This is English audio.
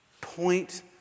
Point